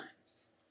times